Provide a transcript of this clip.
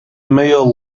male